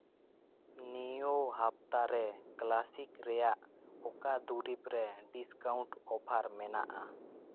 ᱱᱤᱭᱟᱹ ᱦᱟᱯᱛᱟ ᱨᱮ ᱠᱞᱟᱥᱤᱠ ᱨᱮᱭᱟᱜ ᱚᱠᱟ ᱫᱩᱨᱤᱵᱽ ᱨᱮ ᱰᱤᱥᱠᱟᱣᱩᱱᱴ ᱚᱯᱷᱟᱨ ᱢᱮᱱᱟᱜᱼᱟ